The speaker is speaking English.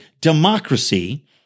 democracy